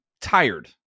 tired